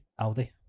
Aldi